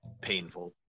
painful